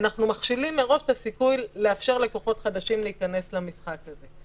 אנחנו מכשילים מראש את הסיכוי לאפשר לכוחות חדשים להיכנס למשחק הזה.